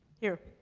here.